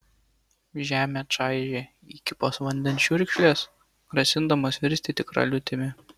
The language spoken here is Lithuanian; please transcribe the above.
žemę čaižė įkypos vandens čiurkšlės grasindamos virsti tikra liūtimi